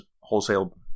Wholesale